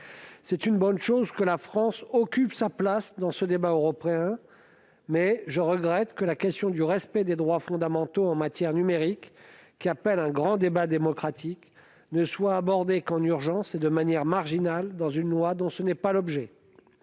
C'est une bonne chose que la France occupe sa place dans ce débat européen, mais je regrette que la question du respect des droits fondamentaux en matière numérique, qui appelle un grand débat démocratique, soit abordée seulement en urgence et de manière marginale, dans une loi dont ce n'est pas l'objet.